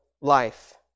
life